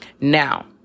Now